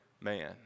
man